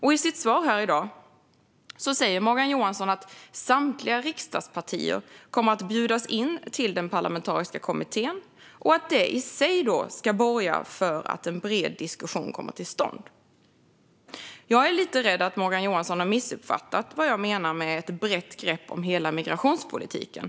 I sitt svar i dag sa Morgan Johansson att samtliga riksdagspartier kommer att bjudas in till den parlamentariska kommittén, och det i sig ska borga för att en bred diskussion kommer till stånd. Jag är lite rädd att Morgan Johansson har missuppfattat vad jag menar med ett brett grepp om hela migrationspolitiken.